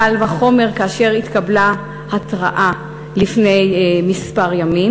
קל וחומר כאשר התקבלה התרעה לפני כמה ימים.